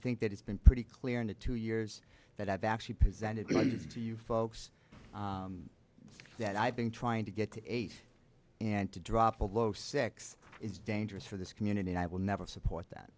think that it's been pretty clear in the two years that i've actually presented to you folks that i've been trying to get to eight and to drop below six is dangerous for this community and i will never support that